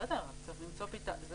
בסדר, אז צריך למצוא פתרון.